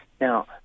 Now